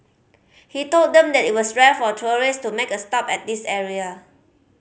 he told them that it was rare for tourists to make a stop at this area